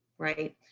right,